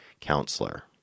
counselor